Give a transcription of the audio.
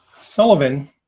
Sullivan